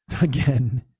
again